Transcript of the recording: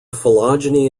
phylogeny